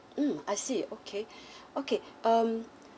mm I see okay okay um